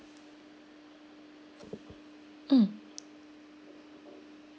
mm